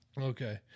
Okay